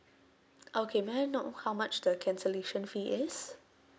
okay may I know how much the cancellation fee is